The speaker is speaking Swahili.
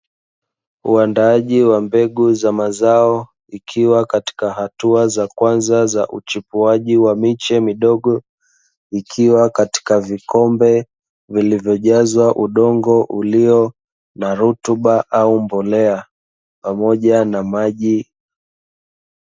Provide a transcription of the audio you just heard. Uandaaji wa mbegu za mazao ikiwa katika hatua za kwanza za uchipuaji wa miche midogo, ikiwa katika vikombe vilivyojazwa udongo uliyo na rutuba au mbolea pamoja na maji.